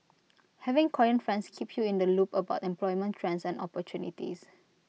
having Korean friends keep you in the loop about employment trends and opportunities